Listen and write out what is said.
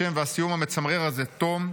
השם והסיום המצמרר הזה: תום.